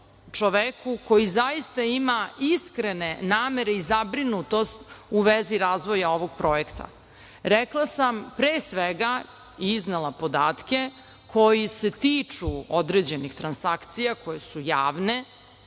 čoveku koji zaista ima iskrene namere i zabrinutost u vezi razvoja ovog projekta. Rekla sam i iznela podatke koji se tiču određenih transakcija, koje su javne,